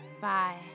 Bye